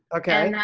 okay?